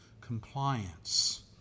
compliance